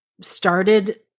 started